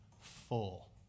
full